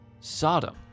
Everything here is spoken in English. Sodom